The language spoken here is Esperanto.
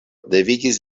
devigis